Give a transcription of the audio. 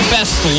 Best